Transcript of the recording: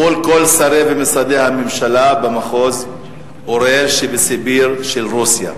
כל שרי ומשרדי הממשלה במחוז אורל שבסיביר של רוסיה.